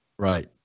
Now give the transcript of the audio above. Right